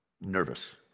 nervous